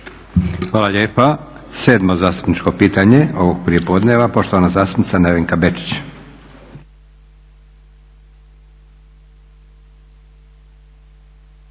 Hvala lijepa. Sedmo zastupničko pitanje ovog prijepodneva, poštovana zastupnica Nevenka Bečić.